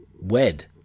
wed